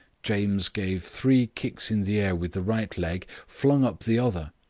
james gave three kicks in the air with the right leg, flung up the other,